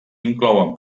inclouen